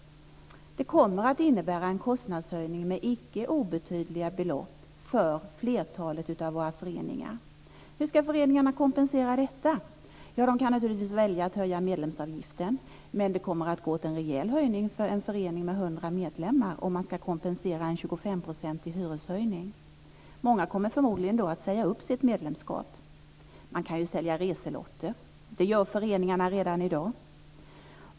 Det kommer att innebära en kostnadshöjning med icke obetydliga belopp för flertalet av våra föreningar. Hur ska föreningarna kompensera detta? De kan naturligtvis välja att höja medlemsavgiften, men det kommer att krävas en rejäl höjning för en förening med 100 medlemmar om man ska kompensera en 25 procentig hyreshöjning. Många kommer förmodligen då att säga upp sitt medlemskap. Man kan sälja reselotter. Det gör föreningarna redan i dag.